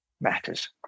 matters